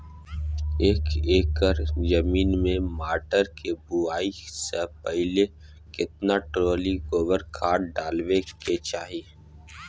एक एकर जमीन में मटर के बुआई स पहिले केतना ट्रॉली गोबर खाद डालबै के चाही?